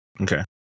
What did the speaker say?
Okay